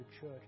church